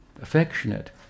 Affectionate